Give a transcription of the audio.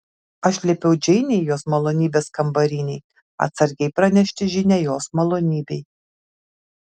aš liepiau džeinei jos malonybės kambarinei atsargiai pranešti žinią jos malonybei